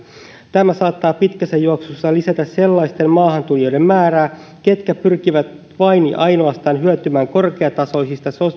tämä saattaa pitkässä juoksussa lisätä sellaisten maahantulijoiden määrää ketkä pyrkivät vain ja ainoastaan hyötymään korkeatasoisista